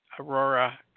Aurora